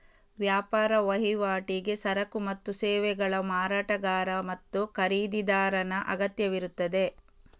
ವ್ಯಾಪಾರ ವಹಿವಾಟಿಗೆ ಸರಕು ಮತ್ತು ಸೇವೆಗಳ ಮಾರಾಟಗಾರ ಮತ್ತು ಖರೀದಿದಾರನ ಅಗತ್ಯವಿರುತ್ತದೆ